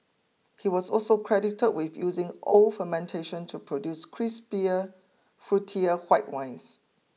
he was also credited with using old fermentation to produce crispier fruitier white wines